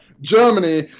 Germany